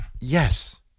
Yes